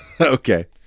Okay